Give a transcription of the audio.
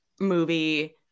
movie